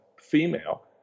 female